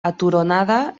aturonada